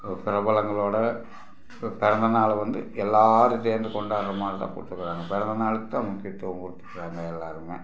பிரபலங்களோட பி பிறந்த நாளை வந்து எல்லாேரும் சேர்ந்து கொண்டாடுற மாதிரி தான் கொடுத்துக்கறாங்க பிறந்த நாளுக்கு தான் முக்கியத்துவம் கொடுத்துக்கறாங்க எல்லாேருமே